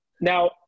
now